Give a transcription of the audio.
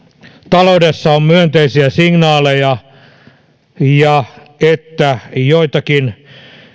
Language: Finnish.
taloudessa on myönteisiä signaaleja ja että joitakin